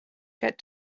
get